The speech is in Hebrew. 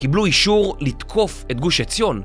קיבלו אישור לתקוף את גוש עציון